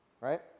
right